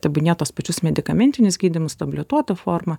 tebūnie tuos pačius medikamentinius gydymus tabletuota forma